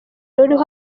ruriho